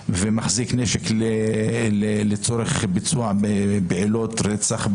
ומחזיק נשק לצורך ביצוע פעולות רצח,